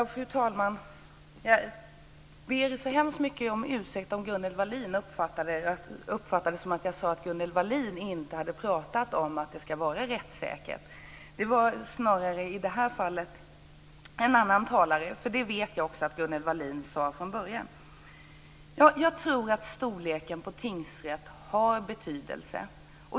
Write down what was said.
Fru talman! Jag ber så hemskt mycket om ursäkt om Gunnel Wallin uppfattade det som att jag sade att Gunnel Wallin inte hade pratat om att det ska vara rättssäkert. Det var i det här fallet en annan talare, för jag vet att Gunnel Wallin sade det i början. Ja, jag tror att storleken på tingsrätt har betydelse.